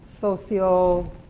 social